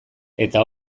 eta